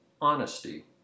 honesty